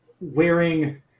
wearing